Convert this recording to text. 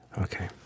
Okay